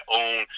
own